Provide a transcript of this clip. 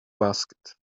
basket